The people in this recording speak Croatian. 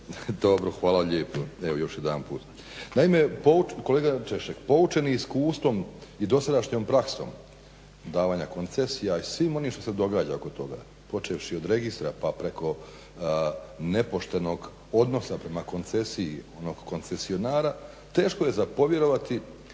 Dobro, hvala lijepo evo još jedanput. Naime, kolega Češek, poučeni iskustvom i dosadašnjom praksom davanja koncesija i svemu onom što se događa oko toga, počevši od registra pa preko nepoštenog odnosa prema koncesiji onog koncesionara teško je za povjerovati